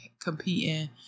competing